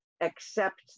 accept